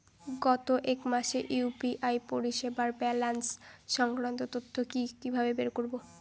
গত এক মাসের ইউ.পি.আই পরিষেবার ব্যালান্স সংক্রান্ত তথ্য কি কিভাবে বের করব?